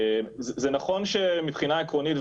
זה נכון שמבחינה עקרונית,